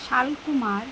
Shalkumar